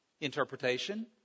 interpretation